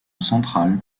centrale